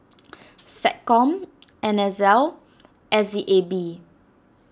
SecCom N S L S E A B